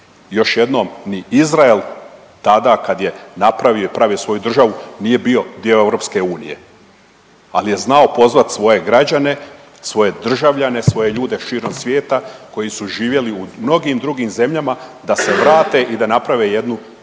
Još jednom ni Izrael tada kad je napravio i pravio svoju državu nije bio dio EU, ali je znao pozvati svoje građane, svoje državljane, svoje ljude širom svijeta koji su živjeli u mnogim drugim zemljama da se vrate i da naprave jednu danas